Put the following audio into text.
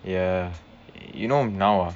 ya you know now ah